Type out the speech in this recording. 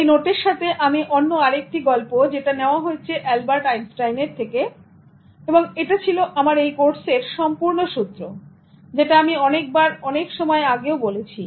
এই নোটের সাথে আমি অন্য আরেকটি গল্প যেটা নেওয়া হয়েছে অ্যালবার্ট আইনস্টাইন এর থেকে এবং এটা ছিল আমার এই কোর্সের সম্পূর্ণ সূত্র যেটা আমি অনেকবার অনেক সময় আগে ও বলেছি